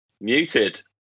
Muted